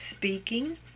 Speaking